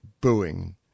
booing